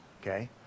Okay